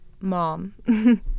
MOM